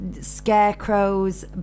scarecrows